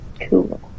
Cool